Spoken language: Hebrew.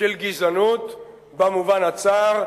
של גזענות במובן הצר,